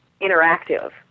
interactive